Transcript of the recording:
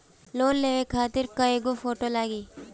Loan लेवे खातिर कै गो फोटो लागी?